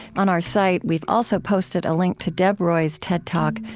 on our site, we've also posted a link to deb roy's ted talk,